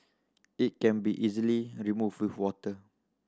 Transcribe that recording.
it can be easily removed with water